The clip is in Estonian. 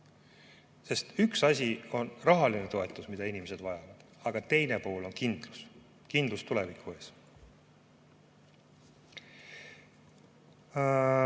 Sest üks asi on rahaline toetus, mida inimesed vajavad, aga teine pool on kindlus, kindlus tuleviku ees.